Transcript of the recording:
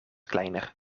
kleiner